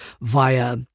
via